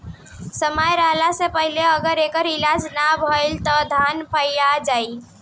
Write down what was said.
समय रहला से पहिले एकर अगर इलाज ना भईल त धान पइया जाई